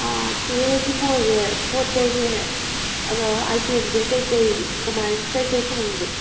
ꯑꯪ ꯆꯦ ꯍꯣꯏꯒꯤ ꯃꯣꯜꯁꯦ ꯄꯣꯠ ꯆꯩꯁꯦ ꯑꯥꯏꯇꯦꯝꯁꯦ ꯀꯔꯤ ꯀꯔꯤ ꯀꯃꯥꯏꯅ ꯀꯔꯤ ꯀꯔꯤ ꯐꯪꯒꯦ